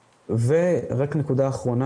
ורק נקודה אחרונה,